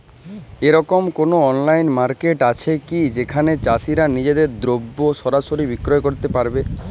এরকম কোনো online market আছে কি যেখানে চাষীরা নিজেদের দ্রব্য সরাসরি বিক্রয় করতে পারবে?